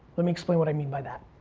let me explain what i mean by that.